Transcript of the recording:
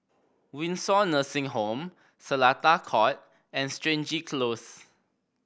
Windsor Nursing Home Seletar Court and Stangee Close